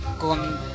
con